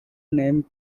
name